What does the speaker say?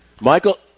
Michael